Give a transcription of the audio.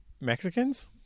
Mexicans